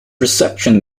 reception